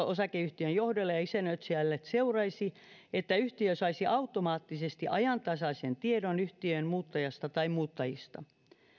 osakeyhtiön johdolle ja isännöitsijälle seuraisi että yhtiö saisi automaattisesti ajantasaisen tiedon yhtiöön muuttajasta tai muuttajista